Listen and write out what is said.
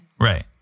Right